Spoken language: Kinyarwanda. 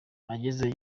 agezeyo